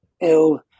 ill